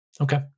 Okay